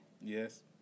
Yes